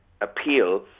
appeal